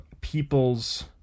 people's